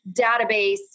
database